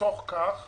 בתוך כך,